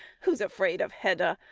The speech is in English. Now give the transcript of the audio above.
who's afraid of hedda?